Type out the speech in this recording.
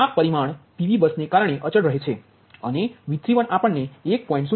આ પરિમાણ PV bus ને કારણે અચલ રહે છે અને V31આપણને 1